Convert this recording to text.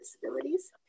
disabilities